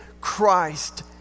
Christ